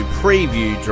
preview